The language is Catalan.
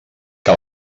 que